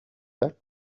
that